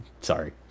sorry